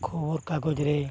ᱠᱷᱚᱵᱚᱨ ᱠᱟᱜᱚᱡᱽ ᱨᱮ